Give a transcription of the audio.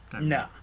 No